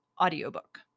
audiobook